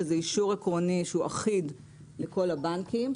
שזה אישור עקרוני שהוא אחיד לכל הבנקים,